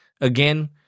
again